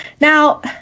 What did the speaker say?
Now